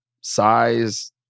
size